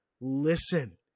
listen